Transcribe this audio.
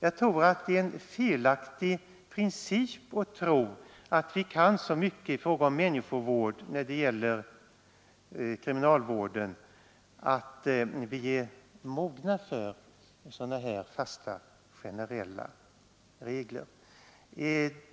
Det är fel att tro att vi kan så mycket om kriminalvård att vi är mogna för fasta, generella regler.